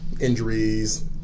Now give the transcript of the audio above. injuries